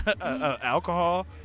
alcohol